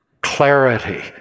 clarity